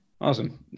Awesome